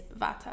vata